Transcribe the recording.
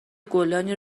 گلدانی